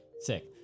sick